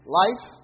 life